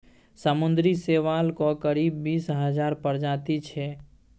समुद्री शैवालक करीब बीस हजार प्रजाति छै